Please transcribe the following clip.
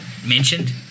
mentioned